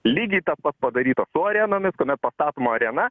lygiai tas pats padaryta su arenomis kuomet pastatoma arena